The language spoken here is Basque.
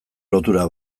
lotura